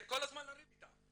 זה כל הזמן לריב איתם.